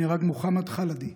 נהרג מוחמד חאלדי,